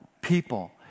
people